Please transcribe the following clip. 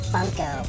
Funko